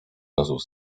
czasów